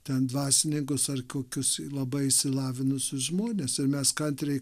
ten dvasininkus ar kokius labai išsilavinusius žmones ir mes kantriai